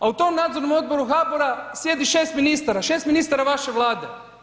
A u tom Nadzornom odboru HBOR-a sjedi 6 ministara, 6 ministara vaše Vlade.